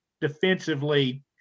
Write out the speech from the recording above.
defensively